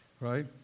right